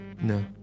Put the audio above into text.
No